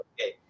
okay